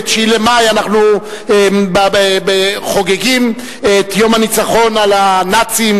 ב-9 במאי אנחנו חוגגים את יום הניצחון על הנאצים,